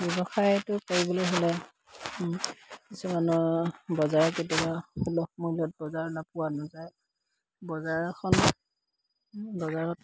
ব্যৱসায়টো কৰিবলৈ হ'লে কিছুমানৰ বজাৰ কেতিয়াবা সুলভ মূল্যত বজাৰত পোৱা নাযায় বজাৰখন বজাৰত